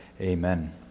Amen